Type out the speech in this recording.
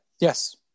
yes